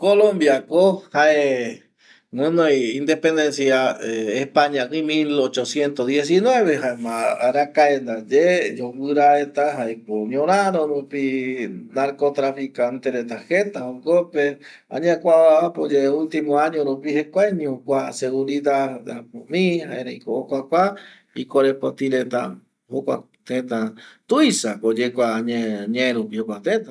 Colombia ko jae guɨnoi independencia españa gui mil ochocineto diesinueve jaema arakae ndaye yoguɨra reta ñoraro rupi, narco traficante reta jeta jokope, añae kua apoyae ultimo año rupi jekuaeño kua seguridad apo mi, erei ko okuakua i korepoti reta jokua teta tuisa ko oyekua añae, añae rupi jokua teta